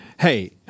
Hey